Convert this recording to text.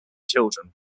children